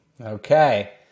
Okay